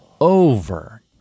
over